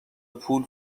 پول